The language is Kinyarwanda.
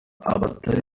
abatari